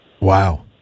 Wow